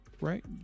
right